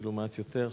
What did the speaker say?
אפילו מעט יותר,